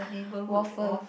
waffle